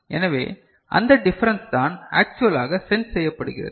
எனவே அந்த டிஃபரன்ஸ் தான் ஆக்சுவலாக சென்ஸ் செய்யப்படுகிறது